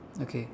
okay